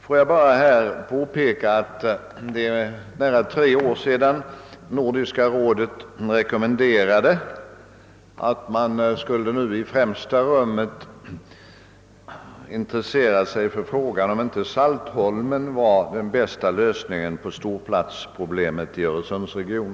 Låt mig bara påpeka att det är nära tre år sedan Nordiska rådet rekommenderade att man nu i främsta rummet skulle intressera sig för frågan om inte Saltholm var den bästa lösningen på storflygplatsproblemet i öresundsregionen.